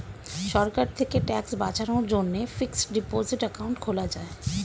সরকার থেকে ট্যাক্স বাঁচানোর জন্যে ফিক্সড ডিপোসিট অ্যাকাউন্ট খোলা যায়